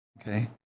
Okay